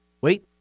Wait